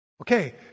Okay